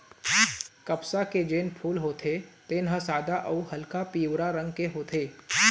कपसा के जेन फूल होथे तेन ह सादा अउ हल्का पीवरा रंग के होथे